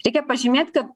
reikia pažymėt kad